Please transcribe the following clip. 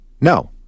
No